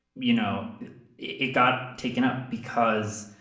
you know it got taken up because